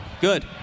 Good